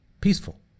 peaceful